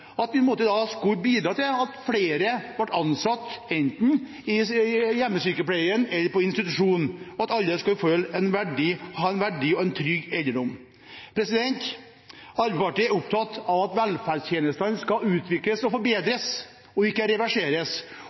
bidra til at flere ble ansatt enten i hjemmesykepleien eller på institusjon, slik at alle skulle ha en verdig og trygg alderdom. Arbeiderpartiet er opptatt av at velferdstjenestene skal utvikles og forbedres, ikke reverseres.